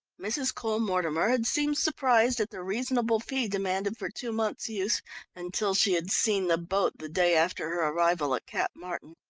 mrs. cole-mortimer had seemed surprised at the reasonable fee demanded for two months' use until she had seen the boat the day after her arrival at cap martin.